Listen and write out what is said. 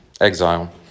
exile